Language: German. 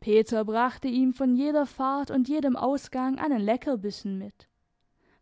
peter brachte ihm von jeder fahrt und jedem ausgang einen leckerbissen mit